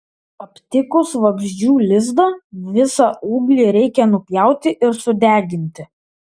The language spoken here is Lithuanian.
aptikus vabzdžių lizdą visą ūglį reikia nupjauti ir sudeginti